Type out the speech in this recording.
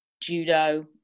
judo